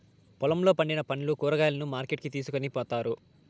పొలంలో పండిన పండ్లు, కూరగాయలను మార్కెట్ కి తీసుకొని పోతారు